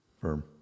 firm